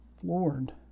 floored